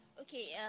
Okay